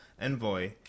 envoy